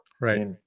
Right